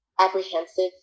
apprehensive